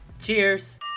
Cheers